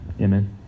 Amen